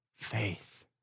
faith